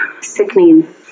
Sickening